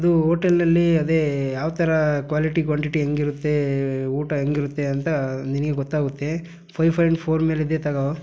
ಅದು ಹೋಟೆಲ್ಲಲ್ಲಿ ಅದೇ ಯಾವ ಥರ ಕ್ವಾಲಿಟಿ ಕ್ವಾಂಟಿಟಿ ಹೇಗಿರುತ್ತೆ ಊಟ ಹೇಗಿರುತ್ತೆ ಅಂತ ನಿನಗೆ ಗೊತ್ತಾಗುತ್ತೆ ಫೈವ್ ಫಾಂಯ್ಟ್ ಫೋರ್ ಮೇಲಿದ್ದರೆ ತೊಗೋ